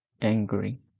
angry